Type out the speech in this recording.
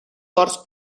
ports